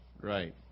Right